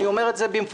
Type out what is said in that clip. אני אומר את זה במפורש.